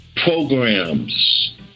programs